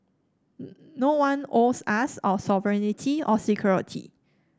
no one owes us our sovereignty or security